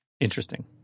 interesting